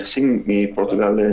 (היו"ר מיכאל מלכיאלי,